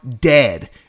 dead